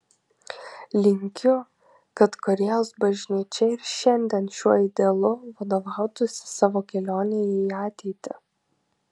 linkiu kad korėjos bažnyčia ir šiandien šiuo idealu vadovautųsi savo kelionėje į ateitį